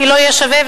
כי לא יהיה שווה,